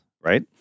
right